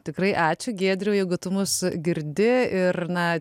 tikrai ačiū giedriui jeigu tu mus girdi ir na